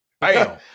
Bam